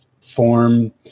form